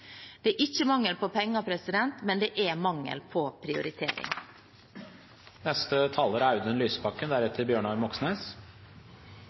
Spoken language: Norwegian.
Det er ikke mangel på penger, men det er mangel på